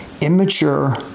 immature